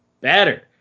better